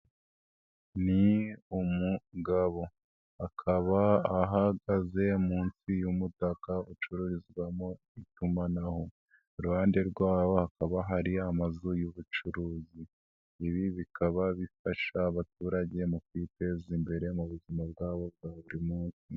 Ni umugabo, akaba ahagaze munsi y'umutaka ucururizwamo itumanaho, iruhande rwawo hakaba hari amazu y'ubucuruzi, ibi bikaba bifasha abaturage mu kwiteza imbere, mu buzima bwabo buri munsi.